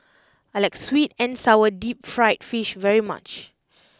I like Sweet and Sour Deep Fried Fish very much